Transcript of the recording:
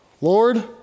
Lord